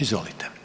Izvolite.